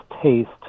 taste